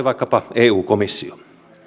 vaikkapa eu komissio